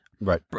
Right